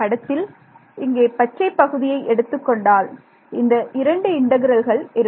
படத்தில் இங்கே பச்சை பகுதியை எடுத்துக் கொண்டால் இந்த இரண்டு இன்டெக்ரல்கள் இருக்கும்